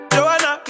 Joanna